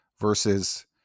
versus